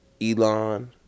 Elon